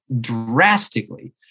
drastically